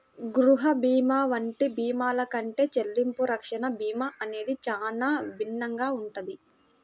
గృహ భీమా వంటి భీమాల కంటే చెల్లింపు రక్షణ భీమా అనేది చానా భిన్నంగా ఉంటది